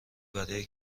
برای